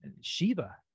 Shiva